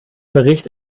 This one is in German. bericht